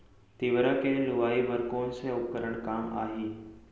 तिंवरा के लुआई बर कोन से उपकरण काम आही?